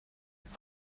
have